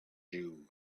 jew